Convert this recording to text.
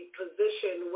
position